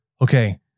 okay